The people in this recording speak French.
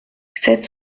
sept